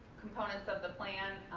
components of the plan,